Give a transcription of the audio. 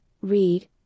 read